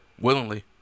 Willingly